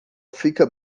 fica